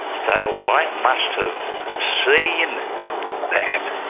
so i must have seen that